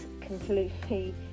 completely